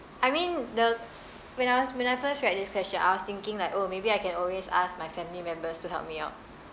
I mean the when I was when I first read this question I was thinking like oh maybe I can always ask my family members to help me out